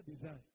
design